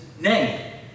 name